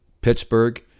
Pittsburgh